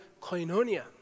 koinonia